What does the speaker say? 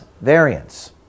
variants